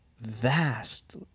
vast